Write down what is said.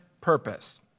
purpose